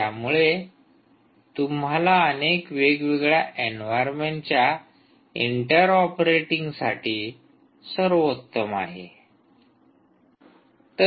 त्यामुळे तुम्हाला अनेक वेगवेगळ्या एन्व्हायरमेंटच्या इंटर ऑपरेटिंगसाठी सर्वोत्तम आहे